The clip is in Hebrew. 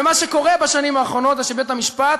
ומה שקורה בשנים האחרונות זה שבית-המשפט,